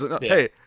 Hey